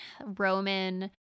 Roman